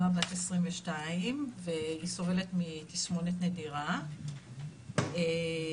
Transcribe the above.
נועה בת 22 והיא סובלת מתסמונת נדירה שכוללת